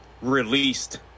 released